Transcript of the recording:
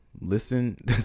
listen